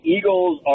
Eagles